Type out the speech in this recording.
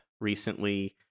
recently